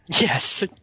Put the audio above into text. Yes